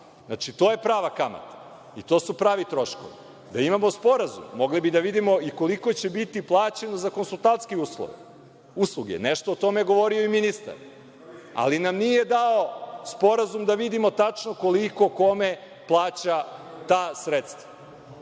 To je prava kamata i to su pravi troškovi. Da imamo sporazum, mogli bi da vidimo i koliko će biti plaćeno za konsultantske usluge. Nešto o tome je govorio i ministar, ali nam nije dao sporazum da vidimo tačno koliko kome plaća ta sredstva.